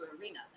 arena